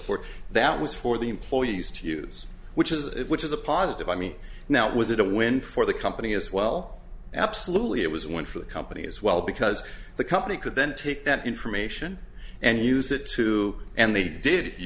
forth that was for the employees to use which is it which is a positive i mean now was it a win for the company as well absolutely it was went for the company as well because the company could then take that information and use it to and